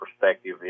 perspective